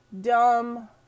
dumb